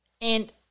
And-